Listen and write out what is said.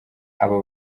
aba